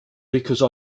because